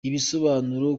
ibisobanuro